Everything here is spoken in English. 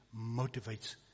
motivates